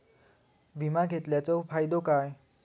विमा घेतल्याचो फाईदो काय?